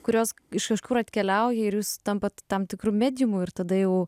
kurios iš kažkur atkeliauja ir jūs tampat tam tikru mediumu ir tada jau